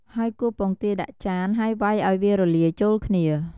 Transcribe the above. ហើយគោះពងទាដាក់ចាន ហើយវ៉ៃឱ្យវារលាយចូលគ្នា។